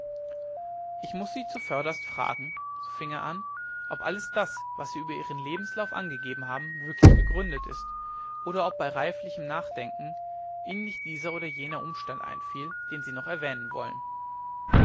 ich muß sie zuvörderst fragen so fing er an ob alles das was sie über ihren lebenslauf angegeben haben wirklich gegründet ist oder ob bei reiflichem nachdenken ihnen nicht dieser oder jener umstand einfiel den sie noch erwähnen wollen